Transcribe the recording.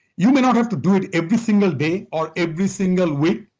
you may not have to do it every single day or every single week,